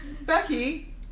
Becky